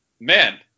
man